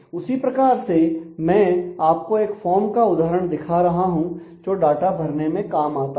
उसी प्रकार से मैं आपको एक फॉर्म का उदाहरण दिखा रहा हूं जो डाटा भरने में काम आता है